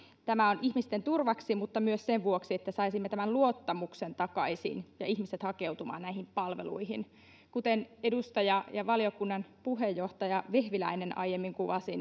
tämä on ihmisten turvaksi mutta myös sen vuoksi että saisimme tämän luottamuksen takaisin ja ihmiset hakeutumaan näihin palveluihin kuten edustaja valiokunnan puheenjohtaja vehviläinen aiemmin kuvasi